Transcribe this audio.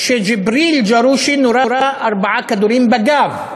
שג'יבריל ג'רושי נורה ארבעה כדורים בגב.